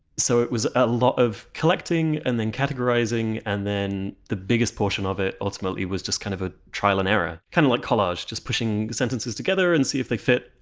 so it was a lot of collecting and then categorizing, and then the biggest portion of it ultimately was just kind of a trial and error. kind of like collage, just putting sentences together and see if they fit.